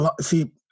see